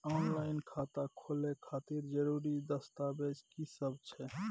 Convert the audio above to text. Online खाता खोले खातिर जरुरी दस्तावेज की सब छै?